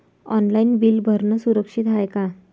Online bill भरनं सुरक्षित हाय का?